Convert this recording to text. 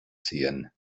sehen